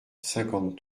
cinquante